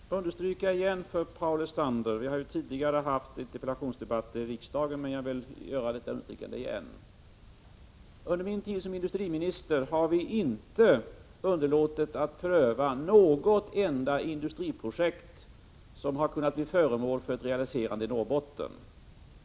Herr talman! Låt mig igen få understryka något för Paul Lestander — vi har ju tidigare haft interpellationsdebatter i riksdagen, men jag vill göra detta understrykande igen: Under min tid som industriminister har vi inte underlåtit att pröva något enda industriprojekt som har kunnat bli föremål för ett realiserande i Norrbotten.